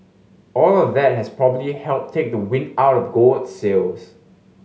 all of that has probably helped take the wind out of gold's sails